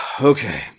Okay